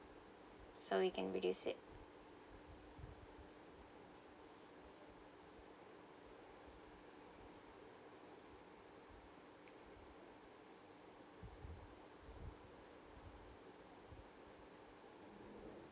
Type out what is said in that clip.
so you can reduce it